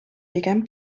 pigem